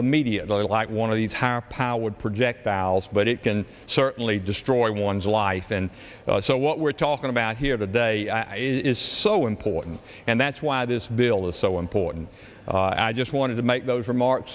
immediately like one of these higher powered projectiles but it can certainly destroy one's life and so what we're talking about here today is so important and that's why this bill is so important i just wanted to make those remark